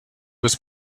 was